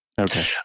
okay